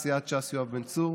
מסיעת ש"ס: יואב בן צור,